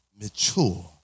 mature